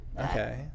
okay